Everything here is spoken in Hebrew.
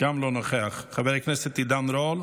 אינו נוכח, חבר הכנסת עידן רול,